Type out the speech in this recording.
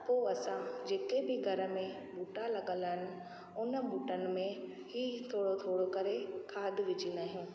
पोइ असां जेके बि घर में ॿूटा लॻियल आहिनि हुन ॿूटनि में ई थोरो थोरो करे खाद विझींदा आहियूं